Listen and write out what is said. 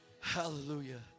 Hallelujah